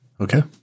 Okay